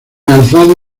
alzado